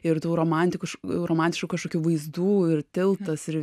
ir tų romantikų romantišku kažkokių vaizdų ir tiltas ir